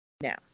Now